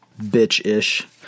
bitch-ish